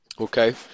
Okay